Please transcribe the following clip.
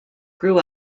grew